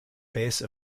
base